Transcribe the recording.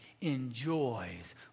enjoys